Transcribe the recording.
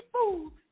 fools